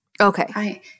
Okay